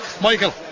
Michael